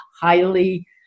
highly